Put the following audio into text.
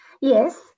Yes